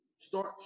Start